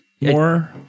more